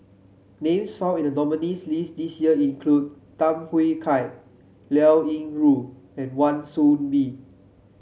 names found in the nominees' list this year include Tham Yui Kai Liao Yingru and Wan Soon Bee